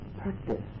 practice